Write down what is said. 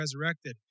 resurrected